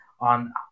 on